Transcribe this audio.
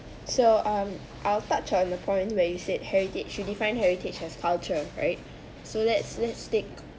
so um I'll touch on the point where you said heritage you defined heritage as culture right so let's let's take